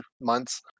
months